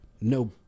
no